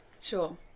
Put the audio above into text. Sure